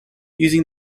using